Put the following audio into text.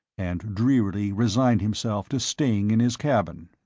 and drearily resigned himself to staying in his cabin.